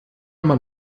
man